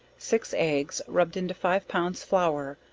six eggs, rubbed into five pounds flour,